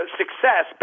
success